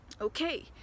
okay